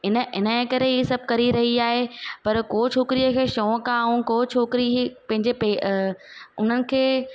इन इनजे करे इहे सभु करे रही आहे पर काई छोकिरीअ खे शौंक़ु आहे ऐं छोकिरी हीअ पंहिंजे उन्हनि खे